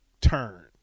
turn